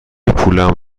پولم